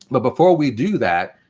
but before we do that,